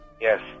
Yes